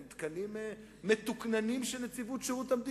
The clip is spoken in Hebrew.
הם תקנים מתוקננים של נציבות שירות המדינה.